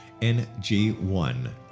NG1